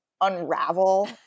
unravel